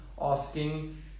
asking